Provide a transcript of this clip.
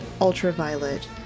ultraviolet